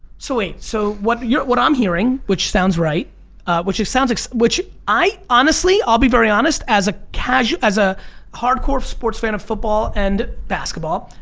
so wait, so what yeah what i'm hearing which sounds right which sounds like so which i honestly i'll be very honest as a casual, as a hardcore sports fan of football and basketball,